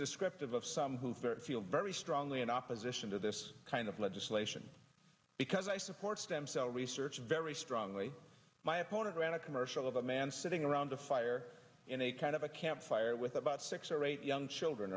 descriptive of some who very feel very strongly in opposition to this kind of legislation because i support stem cell we search very strongly my opponent ran a commercial of a man sitting around a fire in a kind of a campfire with about six or eight young children